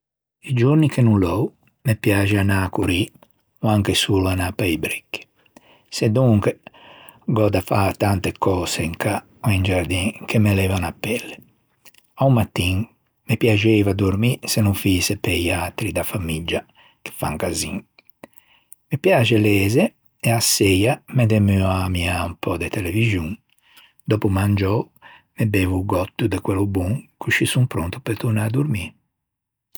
I giorni che no lou me piaxe anâ à corrî ma anche solo anâ pe-i bricchi sedonque gh'ò da fâ tante cöse in cà ò in giardin che me leva a pelle. A-o mattin me piaxieiva dormî se no foïse pe-i atri da famiggia che fan casin. Me piaxe leze e a-a seia me demoo à ammiâ un pö de televixon. Dòppo mangiou me beivo un gòtto de quello bon, coscì son pronto pe tornâ à dormî.